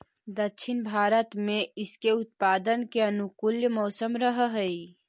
दक्षिण भारत में इसके उत्पादन के अनुकूल मौसम रहअ हई